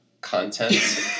Content